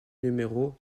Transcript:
numéro